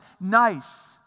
nice